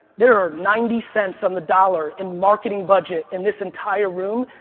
there are ninety cents on the dollar in marketing budget in this entire room,